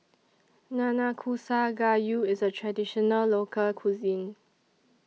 Nanakusa Gayu IS A Traditional Local Cuisine